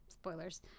Spoilers